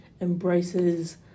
embraces